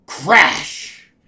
Crash